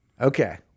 okay